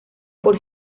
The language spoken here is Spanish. por